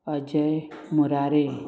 Ajay Murare